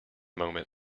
moment